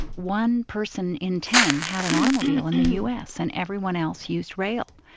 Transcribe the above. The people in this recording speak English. one person in ten had an automobile in the us and everyone else used rail,